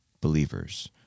believers